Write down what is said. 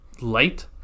light